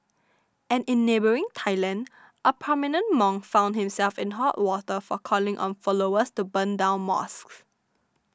and in neighbouring Thailand a prominent monk found himself in hot water for calling on followers to burn down mosques